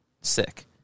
sick